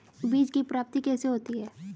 बीज की प्राप्ति कैसे होती है?